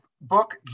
book